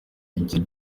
igihe